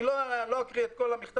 אני לא אקריא את כל המכתב.